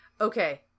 Okay